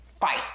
fight